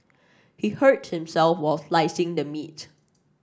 he hurt himself while slicing the meat